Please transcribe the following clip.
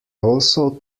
also